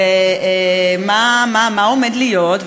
ומה עומד להיות?